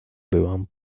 byłam